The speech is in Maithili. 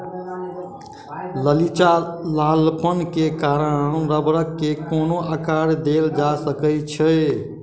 लचीलापन के कारण रबड़ के कोनो आकर देल जा सकै छै